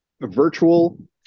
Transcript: virtual